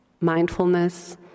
mindfulness